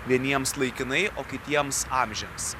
vieniems laikinai o kitiems amžiams